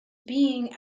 being